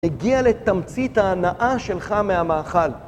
הגיע לתמצית ההנאה שלך מהמאכל.